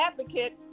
advocate